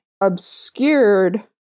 obscured